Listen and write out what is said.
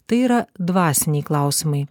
tai yra dvasiniai klausimai